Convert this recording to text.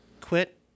quit